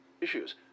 Issues